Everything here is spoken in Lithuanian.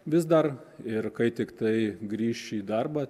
vis dar ir kai tiktai grįš į darbą